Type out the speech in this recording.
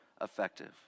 effective